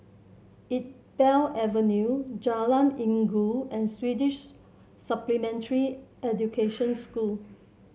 Iqbal Avenue Jalan Inggu and Swedish Supplementary Education School